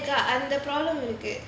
அந்த:antha problem இருக்கு:irukku